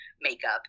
makeup